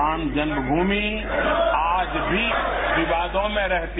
राम जन्ममूमि आज भी विवादों में रहती